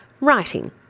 writing